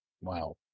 Wow